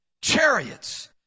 chariots